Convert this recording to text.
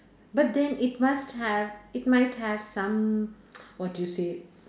but then it must have it might have some what do you say